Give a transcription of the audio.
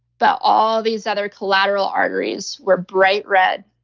but all these other collateral arteries were bright red,